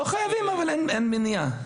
לא חייבים אבל אין מניעה.